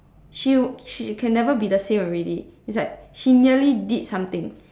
she would she can never be the same already is like she nearly did something